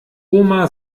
oma